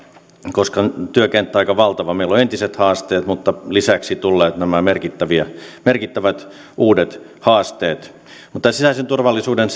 koska työkenttä on aika valtava meillä on entiset haasteet mutta lisäksi ovat tulleet nämä merkittävät uudet haasteet sisäisen turvallisuuden